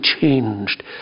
changed